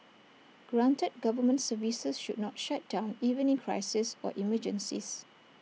granted government services should not shut down even in crises or emergencies